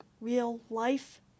real-life